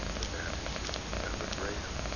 the damage is ever greater.